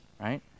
right